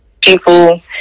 people